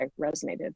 resonated